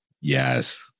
Yes